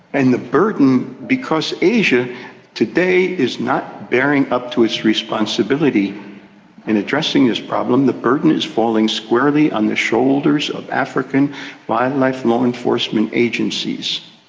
and the burden, because asia today is not bearing up to its responsibility in addressing this problem, the burden is falling squarely on the shoulders of african wildlife law enforcement agencies.